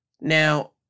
now